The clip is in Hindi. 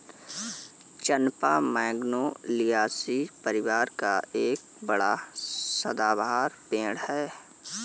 चंपा मैगनोलियासी परिवार का एक बड़ा सदाबहार पेड़ है